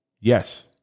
Yes